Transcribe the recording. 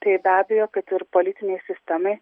tai be abejo kad ir politinei sistemai